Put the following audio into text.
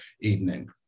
evening